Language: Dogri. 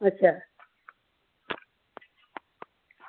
अच्छा